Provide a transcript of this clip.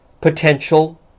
potential